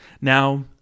Now